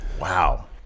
Wow